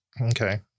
okay